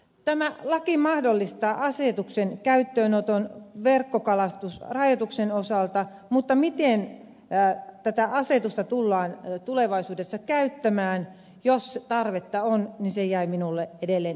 tämä laki mahdollistaa asetuksen käyttöönoton verkkokalastusrajoituksen osalta mutta miten tätä asetusta tullaan tulevaisuudessa käyttämään jos tarvetta on niin se jäi minulle edelleen epäselväksi